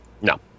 No